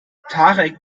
tarek